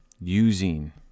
Using